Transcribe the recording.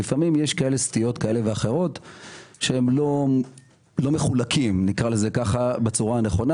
ילד בחינוך היסודי בחינוך הממלכתי מתוקצב סביב ה-16,000 שקלים,